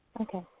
Okay